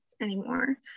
anymore